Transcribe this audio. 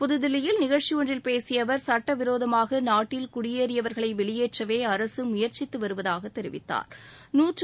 புதுதில்லியில் நிகழ்ச்சி ஒன்றில் பேசிய அவர் சட்டவிரோதமாக நாட்டில் குடியேறியவர்களை வெளியேற்றவே அரசு முயற்சித்து வருவதாக தெரிவித்தாா்